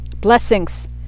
blessings